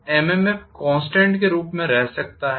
तो MMF constant के रूप में रह सकता है